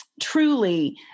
truly